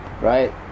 right